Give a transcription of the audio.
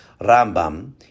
Rambam